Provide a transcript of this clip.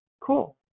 Cool